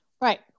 right